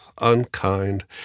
unkind